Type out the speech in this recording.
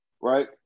right